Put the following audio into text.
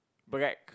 black